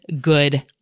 good